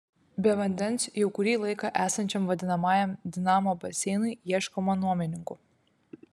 be vandens jau kurį laiką esančiam vadinamajam dinamo baseinui ieškoma nuomininkų